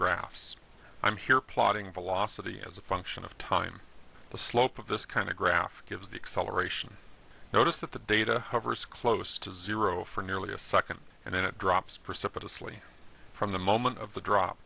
graphs i'm here plotting velocity as a function of time the slope of this kind of graph gives the acceleration notice that the data hovers close to zero for nearly a second and then it drops precipitously from the moment of the drop